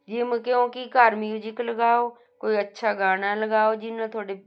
gym ਕਿਉਂਕਿ ਘਰ music ਲਗਾਓ ਕੋਈ ਅੱਛਾ ਗਾਣਾ ਲਗਾਓ ਜਿਹਦੇ ਨਾਲ ਤੁਹਾਡੇ